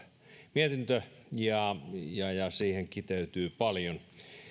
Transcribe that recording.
mietintö ja ja siihen kiteytyy paljon